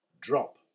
Drop